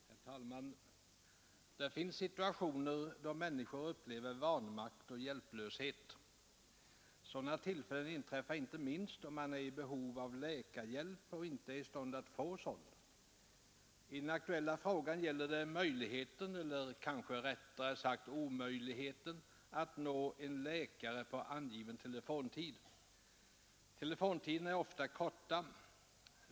Herr talman! Det finns situationer då människor upplever vanmakt och hjälplöshet. Detta inträffar inte minst då man är i behov av läkarhjälp och inte är i stånd att få sådan. I den aktuella frågan gäller det möjligheten eller rättare sagt omöjligheten att nå en läkare på angiven telefontid. Telefontiderna är ofta korta.